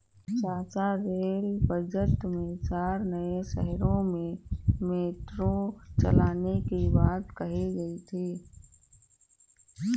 चाचा rail budget में चार नए शहरों में मेट्रो चलाने की बात कही गई थी